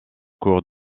cours